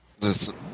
Listen